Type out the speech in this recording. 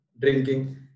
drinking